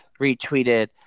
retweeted